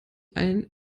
einen